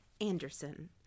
Anderson